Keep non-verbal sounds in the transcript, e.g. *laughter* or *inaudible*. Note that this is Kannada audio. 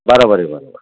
ಬರ ಬರಿ *unintelligible*